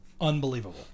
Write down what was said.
unbelievable